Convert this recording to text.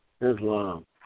Islam